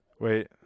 Wait